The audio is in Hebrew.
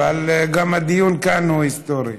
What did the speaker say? אבל גם הדיון כאן הוא היסטורי.